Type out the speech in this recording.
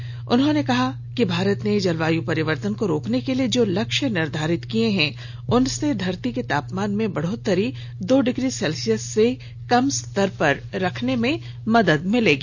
पर्यावरण मंत्री ने कहा कि भारत ने जलवायु परिवर्तन को रोकने के लिए जो लक्ष्य निर्धारित किए हैं उनसे धरती के तापमान में बढ़ोतरी को दो डिग्री सेल्सियस से कम स्तर पर रखने में मदद मिलेगी